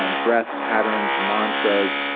um breath patterns mantras,